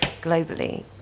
globally